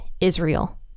Israel